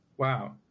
Wow